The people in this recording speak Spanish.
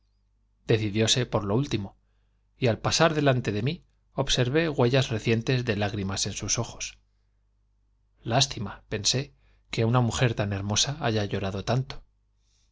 decidióse por lo último y al pasar delante de mí observé huellas recientes de lágrimas en sus ojos lástima pensé que una mujer tan her mosa haya llorado tanto